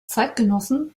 zeitgenossen